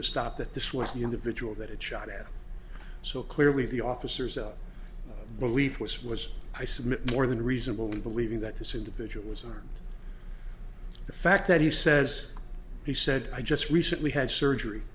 the stop that this was the individual that had shot at so clearly the officers out believe this was i submit more than reasonable believing that this individual was and the fact that he says he said i just recently had surgery